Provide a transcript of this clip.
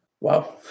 Wow